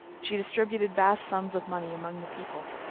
she distributed vast sums of money among the people.